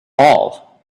all